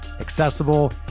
accessible